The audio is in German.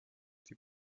die